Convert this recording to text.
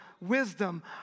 wisdom